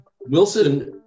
Wilson